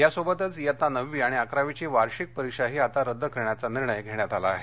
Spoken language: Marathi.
यासोबतच इयत्ता नववी आणि अकरावीची वार्षिक परीक्षाही आता रद्द करण्याचा निर्णय घेण्यात आला आहे